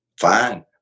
fine